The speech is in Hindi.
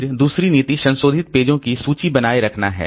फिर दूसरी नीति संशोधित पेजो की सूची बनाए रखना है